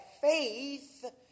faith